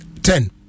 Ten